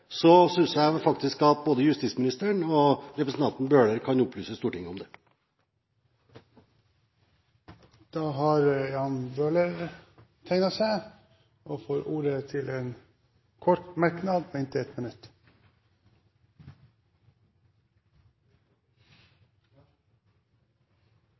synes jeg at både justisministeren og representanten Bøhler kan opplyse Stortinget om det. Representanten Jan Bøhler får ordet til en kort merknad, begrenset til 1 minutt.